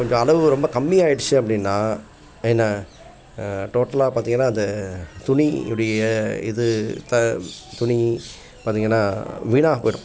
கொஞ்சம் அளவு ரொம்ப கம்மி ஆயிடுச்சு அப்படின்னா என்ன டோட்டலாக பார்த்திங்கனா அந்த துணி உடைய இது த துணி பார்த்திங்கனா வீணாகப் போயிடும்